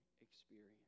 experience